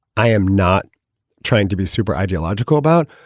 i am not trying to be super ideological about,